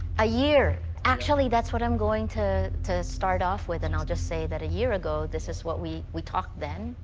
a year actually, that's what i'm going to to start off with. and i'll just say that, a year ago, this is what we, we talked then,